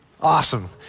Awesome